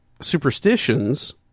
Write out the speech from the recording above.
superstitions